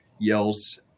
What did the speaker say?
yells